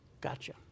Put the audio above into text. Gotcha